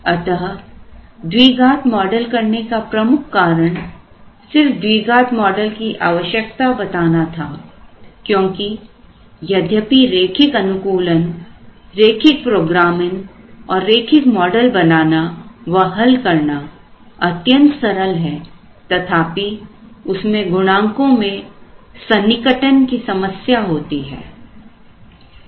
अतः द्विघात मॉडल करने का प्रमुख कारण सिर्फ द्विघात मॉडल की आवश्यकता बताना था क्योंकि यद्यपि रेखिक अनुकूलन रैखिक प्रोग्रामन और रेखिक मॉडल बनाना व हल करना अत्यंत सरल है तथापि उसमें गुणांक में सन्निकटन की समस्या होती है